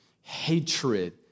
hatred